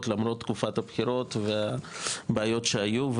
למרות תקופת הבחירות והבעיות שהיו.